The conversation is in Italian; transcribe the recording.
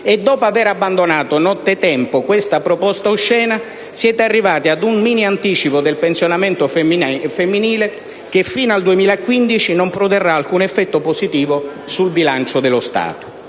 Dopo aver abbandonato nottetempo questa proposta oscena, siete arrivati ad un minianticipo del pensionamento femminile, che fino al 2015 non produrrà alcun effetto positivo sul bilancio dello Stato.